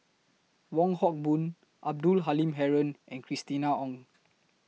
Wong Hock Boon Abdul Halim Haron and Christina Ong